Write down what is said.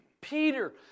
Peter